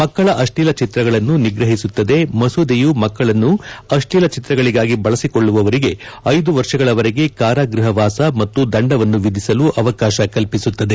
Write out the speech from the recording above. ಮಕ್ಕಳ ಅಶ್ಲೀಲ ಚಿತ್ರಗಳನ್ನು ನಿಗ್ರಹಿಸುತ್ತದೆ ಮಸೂದೆಯು ಮಕ್ಕಳನ್ನು ಅಶ್ಲೀಲ ಚಿತ್ರಗಳಿಗಾಗಿ ಬಳಸಿಕೊಳ್ಳುವವರಿಗೆ ಐದು ವರ್ಷಗಳವರೆಗೆ ಕಾರಾಗೃಹವಾಸ ಮತ್ತು ದಂಡವನ್ನು ವಿಧಿಸಲು ಅವಕಾಶ ಕಲ್ಪಿಸುತ್ತದೆ